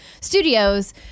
Studios